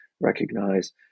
recognize